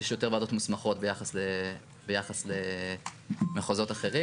יש יותר ועדות מוסמכות ביחס למחוזות אחרים.